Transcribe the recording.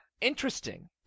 interesting